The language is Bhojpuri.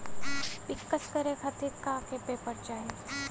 पिक्कस करे खातिर का का पेपर चाही?